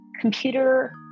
computer